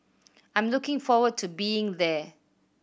I'm looking forward to being there